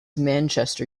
manchester